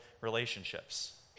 relationships